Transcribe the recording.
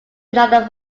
another